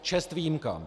Čest výjimkám.